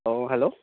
অ' hello